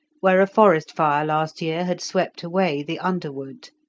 where a forest fire last year had swept away the underwood.